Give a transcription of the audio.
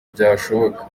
byashoboka